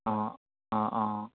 অঁ অঁ অঁ